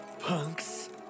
punks